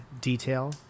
detail